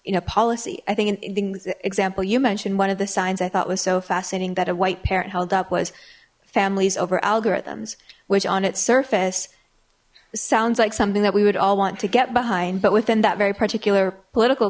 you know policy i think an example you mentioned one of the signs i thought was so fascinating that a white parent held up was families over algorithms which on its surface sounds like something that we would all want to get behind but within that very particular political